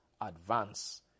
advance